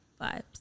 vibes